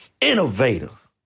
innovative